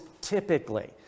typically